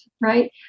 Right